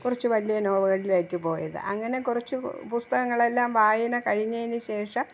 കുറച്ച് വലിയ നോവലിലേക്ക് പോയത് അങ്ങനെ കുറച്ച് പുസ്തകങ്ങളെല്ലാം വായന കഴിഞ്ഞതിനുശേഷം